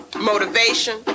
motivation